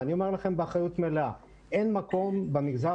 ואני אומר לכם באחריות מלאה: אין מקום במגזר